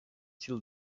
till